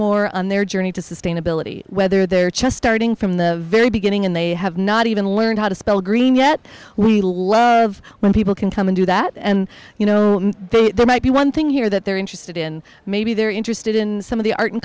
more on their journey to sustainability whether their chest starting from the very beginning and they have not even learned how to spell green yet when people can come and do that and you know there might be one thing here that they're interested in maybe they're interested in some of the art and